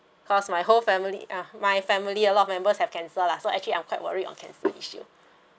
cause my whole family uh my family a lot of members have cancer lah so actually I'm quite worried on cancer issue